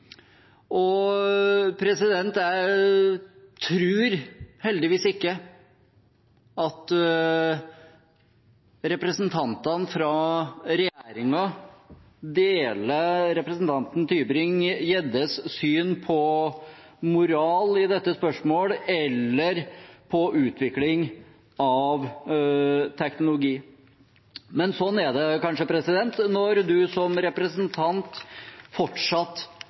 Jeg tror heldigvis ikke at representantene fra regjeringen deler representanten Tybring-Gjeddes syn på moral i dette spørsmålet eller på utvikling av teknologi. Men sånn er det kanskje når man som representant fortsatt